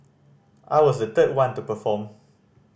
I was the third one to perform